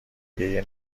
گریه